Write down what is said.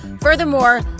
Furthermore